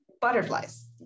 butterflies